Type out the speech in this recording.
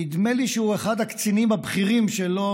נדמה לי שהוא אחד הקצינים הבכירים שלא